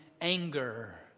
anger